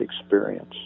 experience